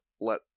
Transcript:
let